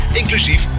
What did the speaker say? inclusief